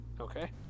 okay